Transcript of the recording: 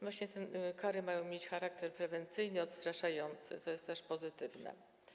Właśnie te kary mają mieć charakter prewencyjny, odstraszający, co jest też pozytywne.